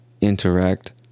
interact